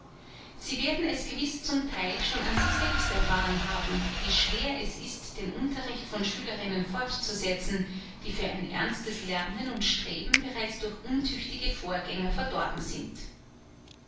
sie werden es gewiß zum theil schon an sich selbst erfahren haben wie schwer es ist den unterricht von schülerinnen fortzusetzen die für ein ernstes lernen und streben bereits durch untüchtige vorgänger verdorben sind